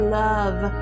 love